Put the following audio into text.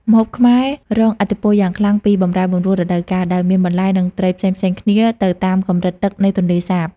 ម្ហូបខ្មែររងឥទ្ធិពលយ៉ាងខ្លាំងពីបម្រែបម្រួលរដូវកាល ដោយមានបន្លែ និងត្រីផ្សេងៗគ្នាទៅតាមកម្រិតទឹកនៃទន្លេសាប។